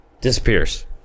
Disappears